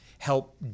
help